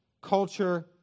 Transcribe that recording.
culture